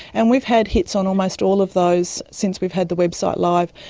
and we've had hits on almost all of those since we've had the website live.